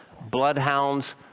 bloodhounds